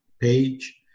page